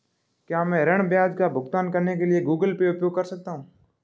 क्या मैं ऋण ब्याज का भुगतान करने के लिए गूगल पे उपयोग कर सकता हूं?